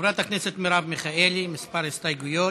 חברת הכנסת מרב מיכאלי, כמה הסתייגויות,